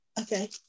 Okay